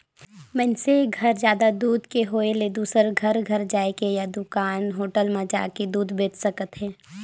मइनसे घर जादा दूद के होय ले दूसर घर घर जायके या दूकान, होटल म जाके दूद बेंच सकथे